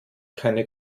keine